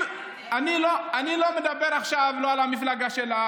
אני מוכן לחזור בי מכל מילה.